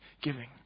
giving